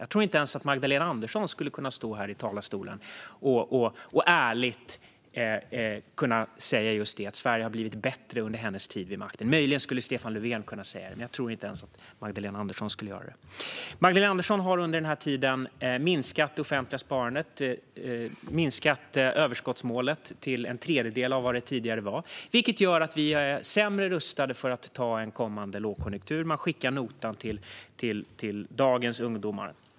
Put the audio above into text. Jag tror inte ens att Magdalena Andersson skulle kunna stå här i talarstolen och ärligt säga att Sverige har blivit bättre under hennes tid vid makten. Möjligen skulle Stefan Löfven kunna säga det, men jag tror inte att Magdalena Andersson skulle göra det. Magdalena Andersson har under den här tiden minskat det offentliga sparandet. Hon har minskat överskottsmålet till en tredjedel av vad det tidigare var, vilket gör att vi är sämre rustade för en kommande lågkonjunktur. Man skickar notan till dagens ungdomar.